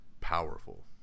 powerful